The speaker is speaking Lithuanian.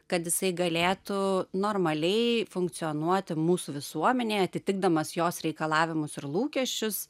kad jisai galėtų normaliai funkcionuoti mūsų visuomenėje atitikdamas jos reikalavimus ir lūkesčius